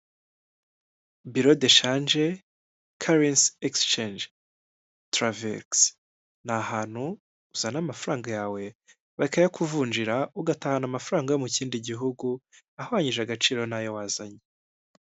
Biro de shange karense egisicange travegisi ni ahantu uzana amafaranga yawe, bakayakuvunjira ugatahana amafaranga mu kindi gihugu ahwanyije agaciro n'ayo wazanye.